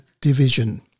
division